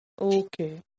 Okay